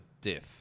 diff